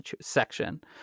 section